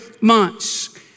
months